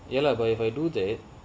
ya lah but if I do that